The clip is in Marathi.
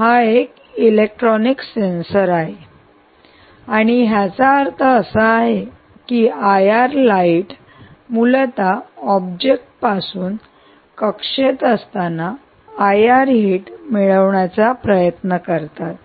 एक इलेक्ट्रॉनिक सेन्सर आहे आणि याचा अर्थ असा की आयआर लाइट मूलत ऑब्जेक्ट्स पासून कक्षेत असताना आयआर हिट मिळवण्याचा प्रयत्न करतात